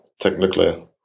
technically